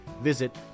Visit